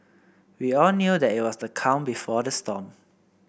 we all knew that it was the calm before the storm